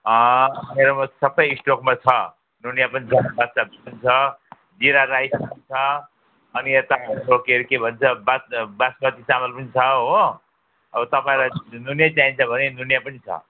मेरोमा सबै स्टकमा छ नुनिया पनि छ बादसाह भोग पनि छ जिरा राइस छ अनि यता हाम्रो के अरे के भन्छ बास्म बासमती चामल पनि छ हो अब तपाईँलाई चाहिँ नुनियै चाहिन्छ भने नुनिया पनि छ